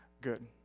good